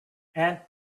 aunt